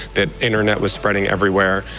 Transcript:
that internet was spreading everywhere,